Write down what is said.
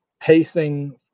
pacing